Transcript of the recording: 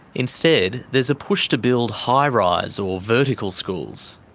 instead, there's a push to build high-rise or vertical schools.